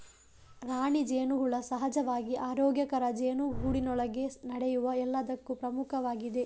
ರಾಣಿ ಜೇನುಹುಳ ಸಹಜವಾಗಿ ಆರೋಗ್ಯಕರ ಜೇನುಗೂಡಿನೊಳಗೆ ನಡೆಯುವ ಎಲ್ಲದಕ್ಕೂ ಪ್ರಮುಖವಾಗಿದೆ